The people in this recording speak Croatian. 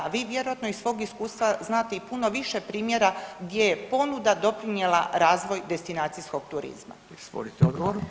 A vi vjerojatno iz svog iskustva znate i puno više primjere gdje je ponuda doprinijela razvoj destinacijskog turizma.